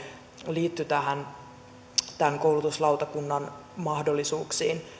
liittyi tämän koulutuslautakunnan mahdollisuuksiin